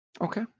Okay